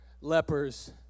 lepers